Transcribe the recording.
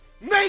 Make